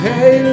Hey